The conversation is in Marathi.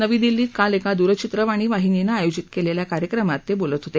नवी दिल्लीत काल एका दूरचित्रवाणी वाहिनीनं आयोजित केलेल्या कार्यक्रमात ते बोलत होते